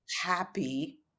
happy